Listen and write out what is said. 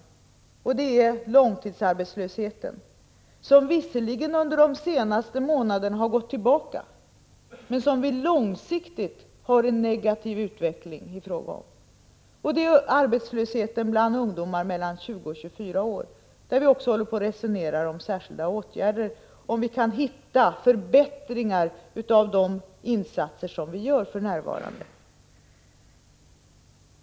Det första är långtidsarbetslösheten. Den har visserligen gått tillbaka under de senaste månaderna, men långsiktigt visar den en negativ utveckling. Det andra problemet är arbetslösheten bland ungdomar mellan 20 och 24 år. Beträffande dem resonerar vi om särskilda åtgärder, och vi försöker komma fram till förbättringar av de insatser som vi för närvarande gör.